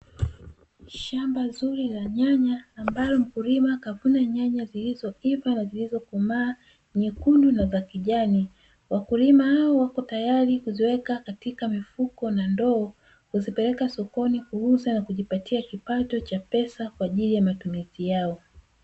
Shamba zuri la nyanya, ambalo mkulima kavuna nyanya zilizoiva na zilizokomaa, nyekundu na za kijani, wakulima hao wako tayari kuziweka katika vifuko na ndoo, kuzipeleka sokoni kuuza na kujipatia kipato cha pesa kwa ajili ya matumizi yao.